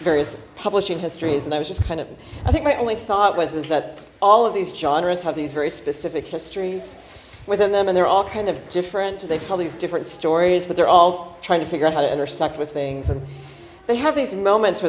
various publishing histories and i was just kind of i think my only thought was is that all of these genres have these very specific histories within them and they're all kind of different they tell these different stories but they're all trying to figure out how to intersect with things and they have these moments where